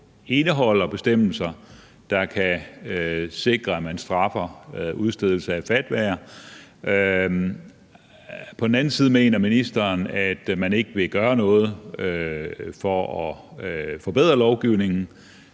indeholder bestemmelser, der kan sikre, at man straffer udstedelse af fatwaer – ministeren mener, at man ikke vil gøre noget for at forbedre lovgivningen,